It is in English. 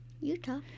Utah